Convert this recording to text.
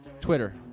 Twitter